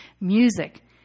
Music